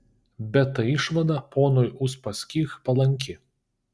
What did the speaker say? bet ta išvada ponui uspaskich palanki